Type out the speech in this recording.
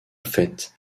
fait